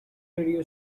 radio